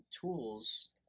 tools